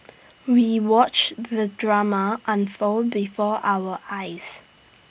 we watched the drama unfold before our eyes